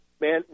man